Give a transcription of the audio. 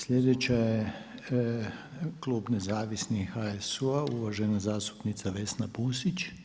Sljedeća je klub Nezavisnih HSU-a, uvažena zastupnica Vesna Pusić.